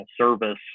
service